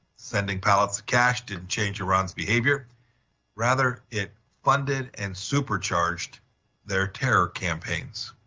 sending pallets of cash to and change iran's behavior rather, it funded and supercharged their terror campaigns.